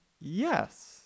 Yes